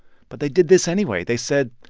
but they did this anyway. they said,